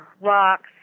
rocks